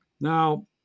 Now